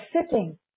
sitting